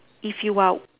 if you are